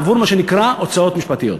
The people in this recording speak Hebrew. עבור מה שנקרא הוצאות משפטיות.